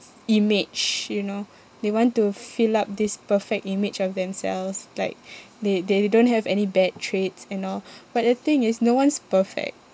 image you know they want to fill up this perfect image of themselves like they they they don't have any bad traits and all but the thing is no one's perfect